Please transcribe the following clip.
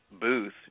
booth